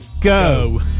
go